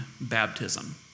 baptism